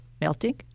melting